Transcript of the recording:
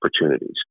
opportunities